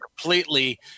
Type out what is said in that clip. completely